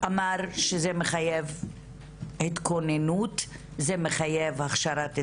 אמר שזה מחייב התכוננות, זה מחייב הכשרת צוותים,